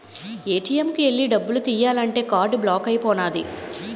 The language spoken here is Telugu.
ఏ.టి.ఎం కు ఎల్లి డబ్బు తియ్యాలంతే కార్డు బ్లాక్ అయిపోనాది